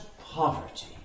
poverty